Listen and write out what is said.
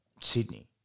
Sydney